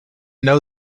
know